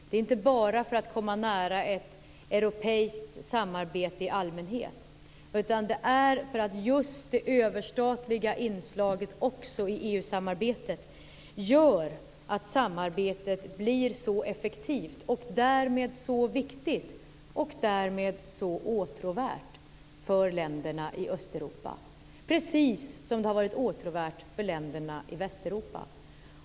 Det är inte bara för att komma nära ett europeiskt samarbete i allmänhet, utan det är just för att det överstatliga inslaget i EU-samarbetet gör att samarbetet blir så effektivt och därmed så viktigt och därmed så åtråvärt för länderna i Östeuropa, precis som det har varit åtråvärt för länderna i Västeuropa.